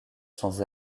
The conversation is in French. sans